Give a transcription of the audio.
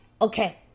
Okay